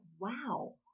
wow